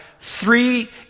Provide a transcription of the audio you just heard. three